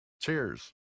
Cheers